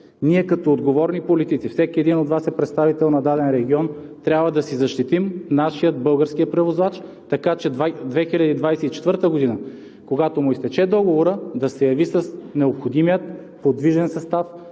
Ние като отговорни политици – всеки един от нас е представител на даден регион, трябва да си защитим нашия, българския превозвач, така че през 2024 г., когато му изтече договорът, да се яви с необходимия подвижен състав